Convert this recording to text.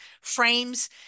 frames